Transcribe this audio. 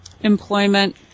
employment